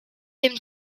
dem